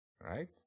Right